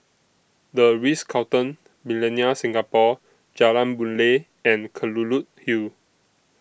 The Ritz Carlton Millenia Singapore Jalan Boon Lay and Kelulut Hill